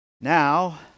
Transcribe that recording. Now